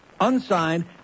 Unsigned